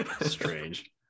strange